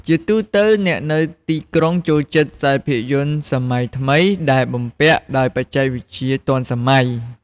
ជាទូទៅ អ្នកនៅទីក្រុងចូលចិត្តភាពយន្តសម័យថ្មីដែលបំពាក់ដោយបច្ចេកវិទ្យាទាន់សម័យ។